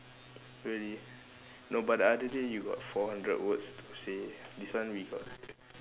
really no but the other day you got four hundred words to say this one we got